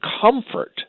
comfort